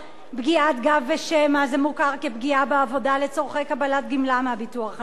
פגיעות גב ושמע מוכרות כפגיעה בעבודה לצורכי קבלת גמלה מהביטוח הלאומי.